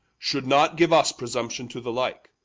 should not give us presumption to the like.